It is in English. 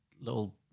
little